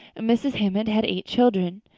and mrs. hammond had eight children.